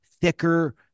thicker